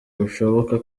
bushoboka